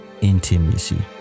intimacy